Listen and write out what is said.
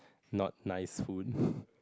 not nice food